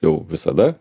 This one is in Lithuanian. jau visada